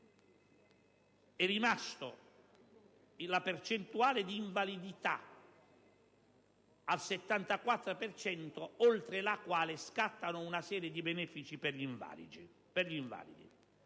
mantenuta la percentuale di invalidità al 74 per cento oltre la quale scattano una serie di benefici per gli invalidi.